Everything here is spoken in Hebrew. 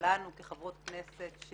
שלנו כחברות כנסת.